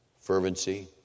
fervency